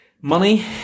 money